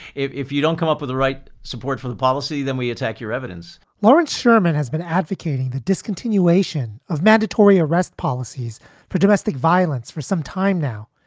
if if you don't come up with the right support for the policy, then we attack your evidence lawrence sherman has been advocating the discontinuation of mandatory arrest policies for domestic violence for some time now.